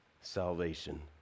salvation